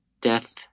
death